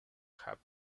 have